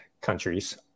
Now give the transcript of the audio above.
countries